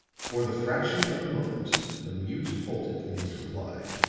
for the fraction of a moment the mute halted in his reply.